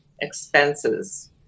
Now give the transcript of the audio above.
expenses